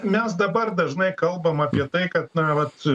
mes dabar dažnai kalbam apie tai kad na vat